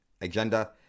agenda